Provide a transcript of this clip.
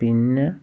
പിന്നെ